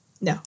No